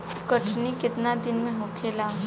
कटनी केतना दिन में होखेला?